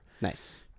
Nice